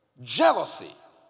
jealousy